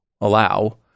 allow